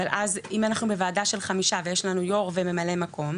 אבל אז אם אנחנו בוועדה של חמישה ויש לנו יו"ר וממלא מקום,